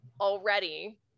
already